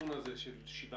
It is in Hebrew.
זה היה מצב בעייתי של שני